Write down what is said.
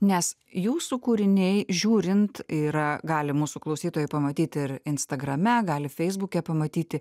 nes jūsų kūriniai žiūrint yra gali mūsų klausytojai pamatyt ir instagrame gali feisbuke pamatyti